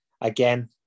again